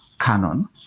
canon